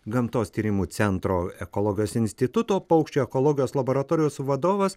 gamtos tyrimų centro ekologijos instituto paukščių ekologijos laboratorijos vadovas